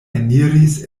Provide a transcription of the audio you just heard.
eniris